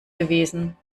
gewesen